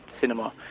cinema